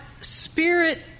spirit